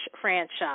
franchise